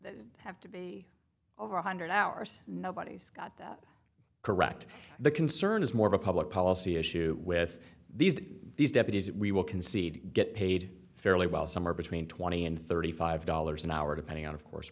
with have to be over one hundred hours nobody's got that correct the concern is more of a public policy issue with these these deputies we will concede get paid fairly well somewhere between twenty and thirty five dollars an hour depending on of course